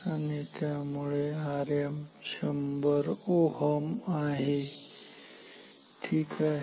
आणि त्यामुळे आता Rm 100 Ω आहे ठीक आहे